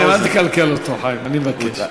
אל תקלקל אותו, חיים, אני מבקש.